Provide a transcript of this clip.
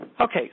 Okay